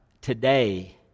today